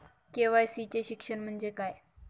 KYC चे शिक्षण म्हणजे काय?